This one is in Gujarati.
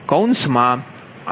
335MW